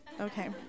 Okay